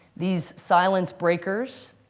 these silence breakers,